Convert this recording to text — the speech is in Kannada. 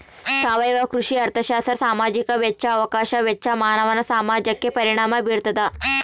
ಸಾವಯವ ಕೃಷಿ ಅರ್ಥಶಾಸ್ತ್ರ ಸಾಮಾಜಿಕ ವೆಚ್ಚ ಅವಕಾಶ ವೆಚ್ಚ ಮಾನವ ಸಮಾಜಕ್ಕೆ ಪರಿಣಾಮ ಬೀರ್ತಾದ